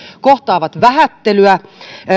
kohtaavat vähättelyä